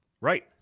Right